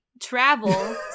travel